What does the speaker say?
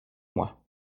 moi